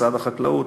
משרד החקלאות,